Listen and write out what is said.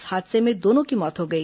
इस हादसे में दोनों की मौत हो गई